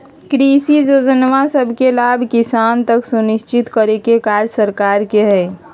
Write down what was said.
कृषि जोजना सभके लाभ किसान तक सुनिश्चित करेके काज सरकार के हइ